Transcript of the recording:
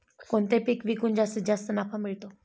कोणते पीक विकून जास्तीत जास्त नफा मिळतो?